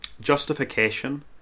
justification